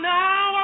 now